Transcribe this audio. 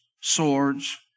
swords